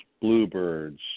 bluebirds